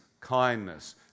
kindness